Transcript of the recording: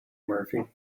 murphy